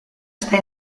está